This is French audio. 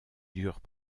durent